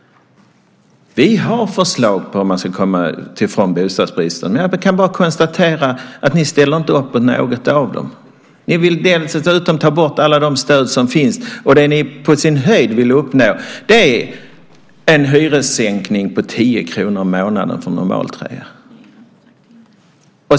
Vi har förslag på hur man ska komma ifrån bostadsbristen. Jag kan bara konstatera att ni inte ställer upp på något av dem. Ni vill dessutom ta bort alla de stöd som finns, och det ni på sin höjd vill uppnå är en hyressänkning på 10 kr i månaden för en normaltrea.